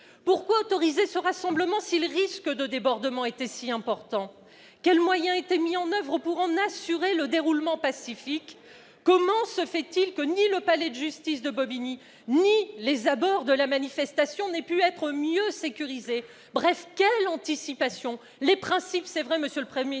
Pourquoi autoriser ce rassemblement si les risques de débordement étaient si importants ? Quels moyens étaient-ils mis en oeuvre pour en assurer le déroulement pacifique ? Comment se fait-il que ni le palais de justice de Bobigny ni les abords de la manifestation n'aient pu être mieux sécurisés ? Bref, quelle anticipation ? Les principes que vous avez énoncés, monsieur le Premier